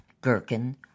gherkin